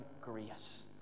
grace